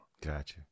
gotcha